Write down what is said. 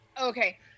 Okay